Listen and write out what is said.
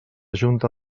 junta